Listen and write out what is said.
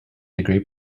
degree